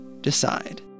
decide